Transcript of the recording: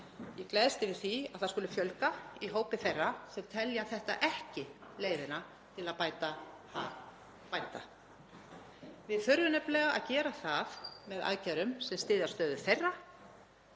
Ég gleðst yfir því að það skuli fjölga í hópi þeirra sem telja þetta ekki leiðina til að bæta hag bænda. Við þurfum nefnilega að gera það með aðgerðum sem styðja stöðu þeirra,